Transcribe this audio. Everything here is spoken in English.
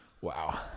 wow